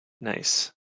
Nice